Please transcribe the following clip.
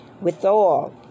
withal